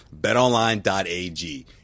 betonline.ag